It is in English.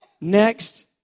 next